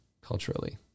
culturally